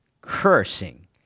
cursing